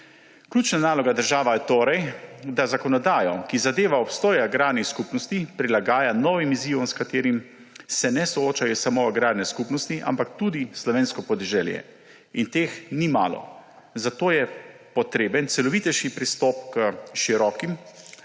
Ključna naloga države je torej, da zakonodajo, ki zadeva obstoj agrarnih skupnosti, prilagaja novim izzivom, s katerimi se ne soočajo samo agrarne skupnosti, ampak tudi slovensko podeželje. In teh ni malo. Zato je potreben celovitejši pristop k širokim